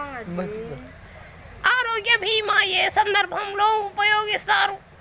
ఆరోగ్య బీమా ఏ ఏ సందర్భంలో ఉపయోగిస్తారు?